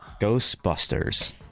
Ghostbusters